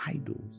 idols